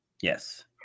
Yes